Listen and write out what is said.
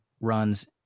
runs